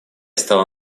стала